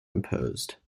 imposed